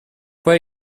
pas